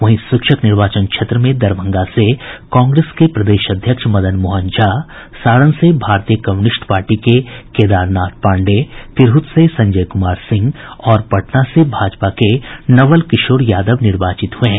वहीं शिक्षक निर्वाचन क्षेत्र में दरभंगा से कांग्रेस के प्रदेश अध्यक्ष मदन मोहन झा सारण से भारतीय कम्युनिस्ट पार्टी के केदार नाथ पांडेय तिरहत से संजय कुमार सिंह और पटना से भाजपा के नवल किशोर यादव निर्वाचित हुए हैं